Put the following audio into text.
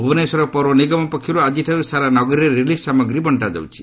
ଭୁବନେଶ୍ୱର ପୌର ନିଗମ ପକ୍ଷରୁ ଆଜିଠାରୁ ସାରା ନଗରୀରେ ରିଲିଫ୍ ସାମଗ୍ରୀ ବଣ୍ଟାଯାଉଛି